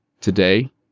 today